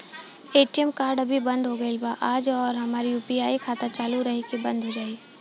ATM card अभी बंद हो गईल आज और हमार यू.पी.आई खाता चालू रही की बन्द हो जाई?